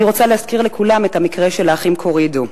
אני רוצה להזכיר לכולם את המקרה של האחים קורידו.